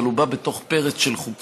אבל הוא בא בתוך פרץ של חוקים,